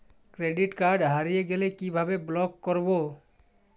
Credit card হারিয়ে গেলে কি ভাবে ব্লক করবো?